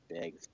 big